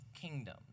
kingdom